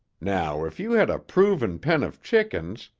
now if you had a proven pen of chickens,